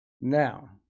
now